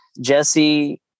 Jesse